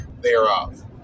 thereof